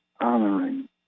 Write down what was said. honoring